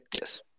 Yes